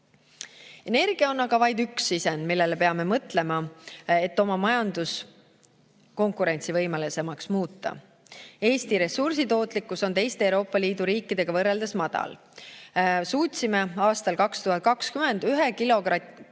Energia on aga vaid üks sisend, millele peame mõtlema, et oma majandust konkurentsivõimelisemaks muuta. Eesti ressursitootlikkus on teiste Euroopa Liidu riikide omaga võrreldes madal. Suutsime aastal 2020 ühe kilogrammi